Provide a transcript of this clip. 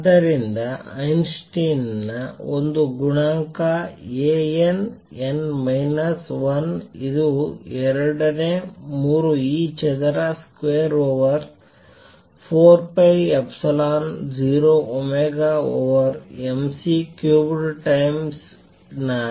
ಆದ್ದರಿಂದ ಐನ್ಸ್ಟೈನ್ನ ಒಂದು ಗುಣಾಂಕ A n n ಮೈನಸ್ 1 ಇದು 2 ನೇ ಮೂರು e ಚದರ over 4 pi epsilon 0 omega over m C cubed times n